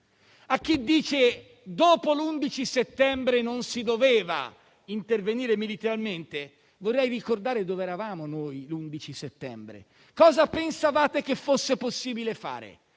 A chi dice che dopo l'11 settembre non si doveva intervenire militarmente vorrei ricordare dove eravamo noi, l'11 settembre. Pensavate forse che fosse possibile